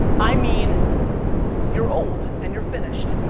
i mean you're old and you're finished.